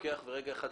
משוק בוגר בעניין הזה.